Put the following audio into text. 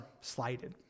slighted